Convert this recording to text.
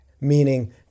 meaning